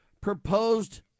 proposed